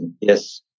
Yes